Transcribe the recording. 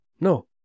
No